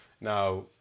now